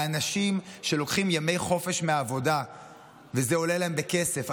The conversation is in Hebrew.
האנשים שלוקחים ימי חופש מהעבודה וזה עולה להם בכסף,